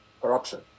corruption